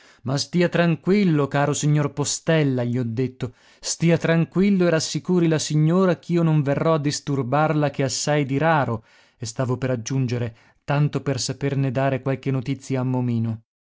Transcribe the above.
ma stia tranquillo caro signor postella gli ho detto stia tranquillo e rassicuri la signora ch'io non verrò a disturbarla che assai di raro e stavo per aggiungere tanto per saperne dare qualche notizia a momino